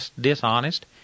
dishonest